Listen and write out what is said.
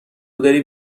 داری